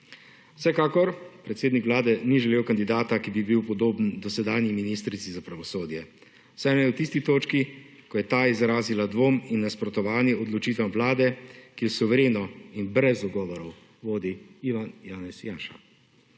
Vsekakor predsednik Vlade ni želel kandidata, ki bi bil podoben dosedanji ministrici za pravosodje. Vsaj ne v tisti točki, ko je ta izrazila dvom in nasprotovanje odločitvam Vlade, ki jo suvereno in brez ugovorov vodi Ivan Janez Janša.